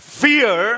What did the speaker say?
fear